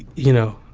you know,